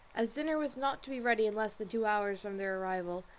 as dinner was not to be ready in less than two hours from their arrival,